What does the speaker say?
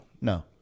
No